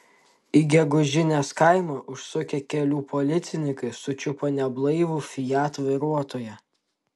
į gegužinės kaimą užsukę kelių policininkai sučiupo neblaivų fiat vairuotoją